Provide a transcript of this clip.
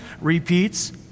repeats